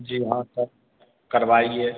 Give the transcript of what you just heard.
जी हाँ सर करवाइए